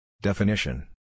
Definition